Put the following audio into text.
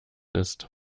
ist